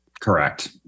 Correct